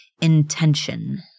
intention